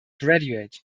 graduate